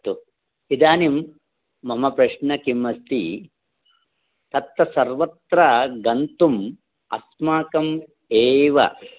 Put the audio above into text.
अस्तु इदानीं मम प्रश्नः किम् अस्ति तत्र सर्वत्र गन्तुम् अस्माकम् एव